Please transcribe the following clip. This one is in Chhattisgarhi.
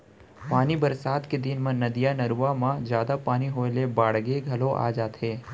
पानी बरसात के दिन म नदिया, नरूवा म जादा पानी होए ले बाड़गे घलौ आ जाथे